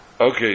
Okay